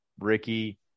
Ricky